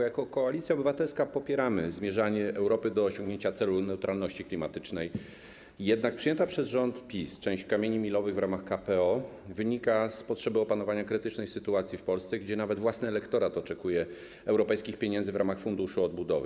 Jako Koalicja Obywatelska popieramy zmierzanie Europy do osiągnięcia celu neutralności klimatycznej, jednak przyjęcie przez rząd PiS części kamieni milowych w ramach KPO wynika z potrzeby opanowania krytycznej sytuacji w Polsce, gdzie nawet własny elektorat oczekuje europejskich pieniędzy w ramach Funduszu Odbudowy.